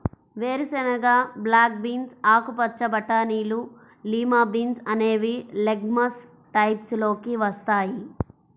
వేరుశెనగ, black beans, ఆకుపచ్చ బటానీలు, లిమా బీన్స్ అనేవి లెగమ్స్ టైప్స్ లోకి వస్తాయి